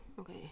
okay